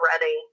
ready